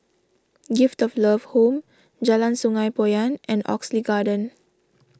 Gift of Love Home Jalan Sungei Poyan and Oxley Garden